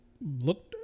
looked